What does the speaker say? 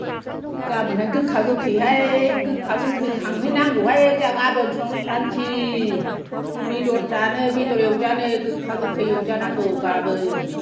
गाबोना गोखा गोखै हाय गोखा गोखै खांहैनांगौहाय जोंहा गाबोन संक्रान्ति बेदर जानो बेदर एवजानो गोखा गोखै एवजानांगौ गाबोन